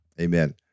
Amen